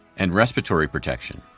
and respiratory protection.